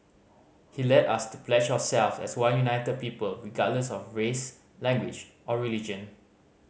he led us to pledge ourselves as one united people regardless of race language or religion